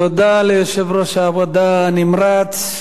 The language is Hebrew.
תודה ליושב-ראש ועדת העבודה הנמרץ.